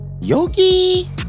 Yogi